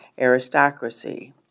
aristocracy